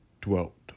dwelt